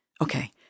okay